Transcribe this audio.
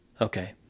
okay